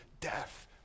death